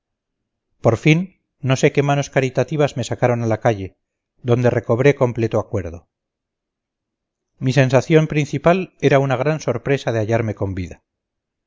por fin no sé qué manos caritativas me sacaron a la calle donde recobré completo acuerdo mi sensación principal era una gran sorpresa de hallarme con vida